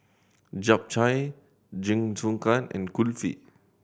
Japchae Jingisukan and Kulfi